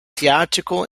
theatrical